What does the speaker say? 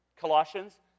Colossians